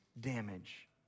damage